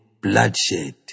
bloodshed